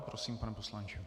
Prosím, pane poslanče.